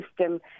system